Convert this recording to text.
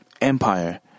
Empire